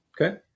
Okay